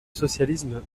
socialisme